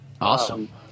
Awesome